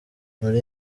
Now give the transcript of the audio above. muri